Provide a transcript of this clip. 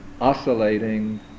oscillating